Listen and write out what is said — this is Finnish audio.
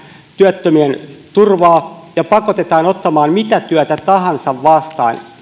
työttömien turvaa ja pakotetaan ottamaan mitä työtä tahansa vastaan